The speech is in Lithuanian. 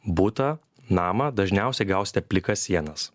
butą namą dažniausiai gausite plikas sienas